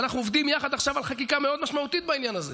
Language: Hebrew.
ואנחנו עובדים יחד עכשיו על חקיקה מאוד משמעותית בעניין הזה,